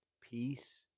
peace